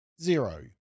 zero